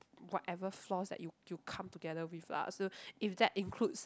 whatever flaws that you you come together with lah so if that includes